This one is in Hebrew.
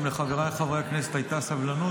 אם לחבריי חברי הכנסת הייתה סבלנות,